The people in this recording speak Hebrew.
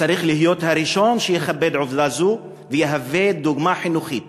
צריך להיות הראשון שיכבד עובדה זו וישמש דוגמה חינוכית.